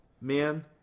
man